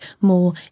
more